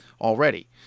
already